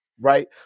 right